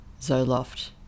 Zoloft